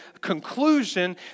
conclusion